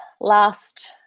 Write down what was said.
last